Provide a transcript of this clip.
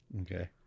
Okay